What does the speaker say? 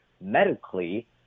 medically